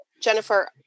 Jennifer